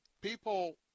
people